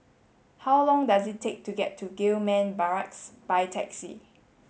how long does it take to get to Gillman Barracks by taxi